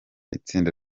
itsinda